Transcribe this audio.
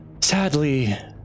Sadly